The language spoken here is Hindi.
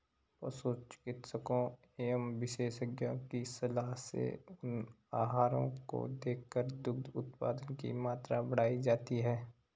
पशु चिकित्सकों एवं विशेषज्ञों की सलाह से उन आहारों को देकर दुग्ध उत्पादन की मात्रा बढ़ाई जाती है